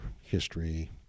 history